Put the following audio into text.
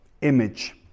image